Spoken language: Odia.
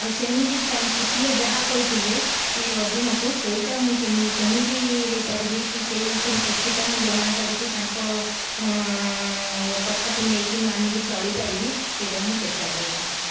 ଆଉ ସେମିତି ତାଙ୍କ ସିଏ ଯାହା କହିଥିଲେ କି ଅର୍ଜୁନଙ୍କୁ ସେଇଟା ମୁଁ ସେମିତି ହୋଇପାରିବି କି ସେଇଥିରୁ କିଛିଟା ମୁଁ ଗ୍ରହଣ କରିକି ତାଙ୍କ କଥାକୁ ନେଇକି ମାନିକି ଚଳିପାରିବି ସେଇଟାକୁ ମୁଁ ଚେଷ୍ଟା କରେ ସେଇଥିପାଇଁ